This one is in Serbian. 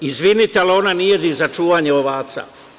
Izvinite, ali ona nije ni za čuvanje ovaca.